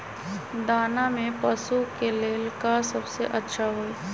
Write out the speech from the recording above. दाना में पशु के ले का सबसे अच्छा होई?